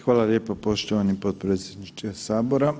Hvala lijepo poštovani potpredsjedniče Sabora.